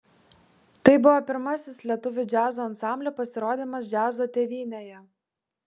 tai buvo pirmasis lietuvių džiazo ansamblio pasirodymas džiazo tėvynėje